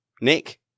Nick